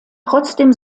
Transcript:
trotzdem